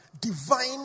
Divine